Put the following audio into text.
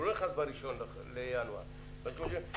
הוא לא נכנס ב-1 לינואר אותו רבעון.